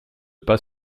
pas